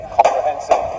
comprehensive